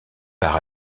par